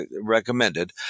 recommended